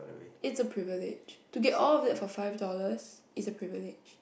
it's a privilege to get all of that for five dollars it's a privilege